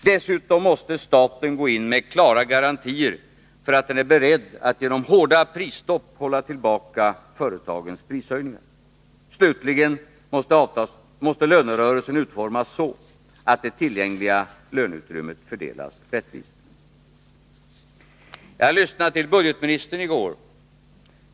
Dessutom måste staten gå in med klara garantier för att den är beredd att genom hårda prisstopp hålla tillbaka företagens prishöjningar. Slutligen måste lönerörelsen utformas så, att det tillgängliga löneutrymmet fördelas rättvist. Jag lyssnade till budgetministern i går.